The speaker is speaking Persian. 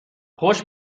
خوش